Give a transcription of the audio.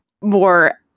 more